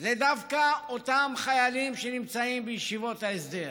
זה דווקא אותם חיילים שנמצאים בישיבות ההסדר.